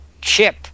chip